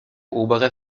obere